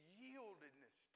yieldedness